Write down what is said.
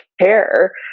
care